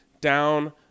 down